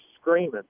screaming